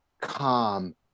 calm